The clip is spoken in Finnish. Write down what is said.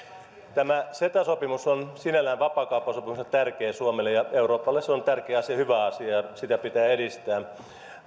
tämä ceta sopimus on sinällään vapaakauppasopimuksena tärkeä suomelle ja euroopalle se on tärkeä asia hyvä asia ja sitä pitää edistää